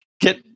get